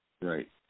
Right